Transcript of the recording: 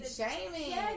shaming